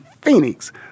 Phoenix